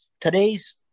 today's